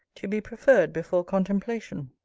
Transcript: to be preferred before contemplation.